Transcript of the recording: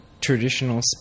traditional